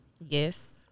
Yes